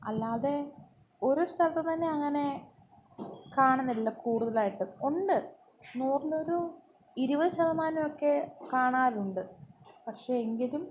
അല്ലാതെ ഒരു സ്ഥലത്തുനിന്നുതന്നെ അങ്ങനെ കാണുന്നില്ല കൂട്തലായിട്ട് ഉണ്ട് നൂറിലൊരു ഇരുപത് ശതമാനമൊക്കെ കാണാറുണ്ട് പക്ഷെ എങ്കിലും